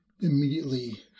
immediately